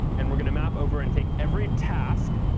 and we're going to map over and take every task,